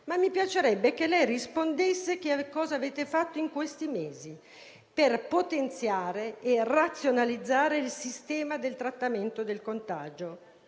Mi piacerebbe, però, che lei raccontasse cosa avete fatto in questi mesi per potenziare e razionalizzare il sistema di tracciamento del contagio.